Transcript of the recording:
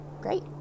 Great